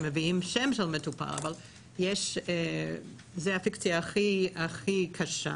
הם מביאים שם של מטופל אבל זו הפיקציה הכי קשה.